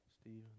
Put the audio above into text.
Stephen